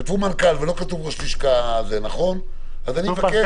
כתבו מנכ"ל ולא כתבו ראש לשכה, אני מבקש גם כאן.